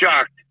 shocked